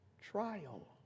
trial